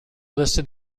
listed